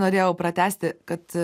norėjau pratęsti kad